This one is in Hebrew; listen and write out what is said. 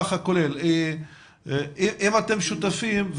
אם אתם שותפים,